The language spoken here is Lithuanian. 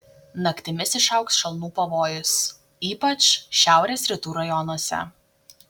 naktimis išaugs šalnų pavojus ypač šiaurės rytų rajonuose